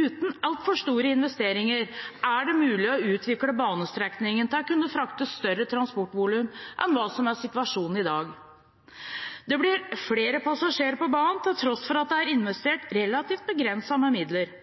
Uten altfor store investeringer er det mulig å utvikle banestrekningen til å kunne frakte et større transportvolum enn det som er situasjonen i dag. Det blir flere passasjerer på banen til tross for at det er investert relativt begrenset med midler.